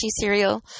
cereal